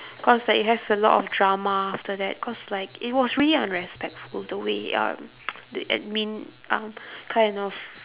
cause like it has a lot of drama after that cause like it was really unrespectful the way um the admin um kind of